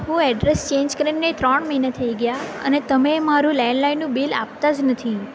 હું address change કરીને ત્રણ મહિના થઈ ગયા અને તમે મારું લેન્ડલાઇનનું બિલ આપતા જ નથી